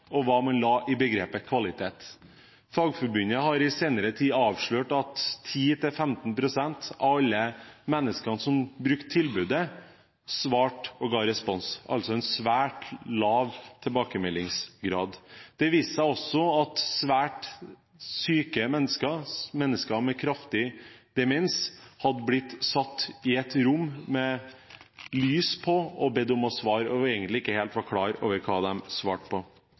og hva man la i begrepet «kvalitet». Fagforbundet har i senere tid avslørt at 10–15 pst. av alle menneskene som brukte tilbudet, svarte og ga respons – altså en svært lav tilbakemeldingsgrad. Det viste seg også at svært syke mennesker, mennesker med kraftig demens, hadde blitt satt i et rom med lys på og bedt om å svare, og egentlig ikke helt var klar over hva de svarte på.